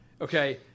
Okay